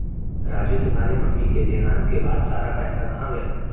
राजू तुम्हारे मम्मी के देहांत के बाद सारा पैसा कहां गया?